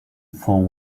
four